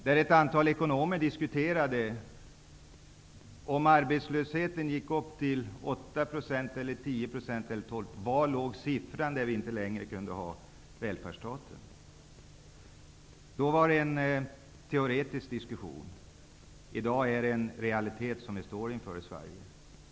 Där diskuterade ett antal ekonomer vid vilken arbetslöshetssiffra vi inte längre skulle kunna ha en välfärdsstat. Då var det en teoretisk diskussion. I dag är det en realitet som vi står inför i Sverige.